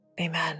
amen